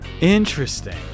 interesting